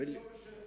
לי זה לא קשה.